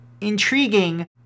intriguing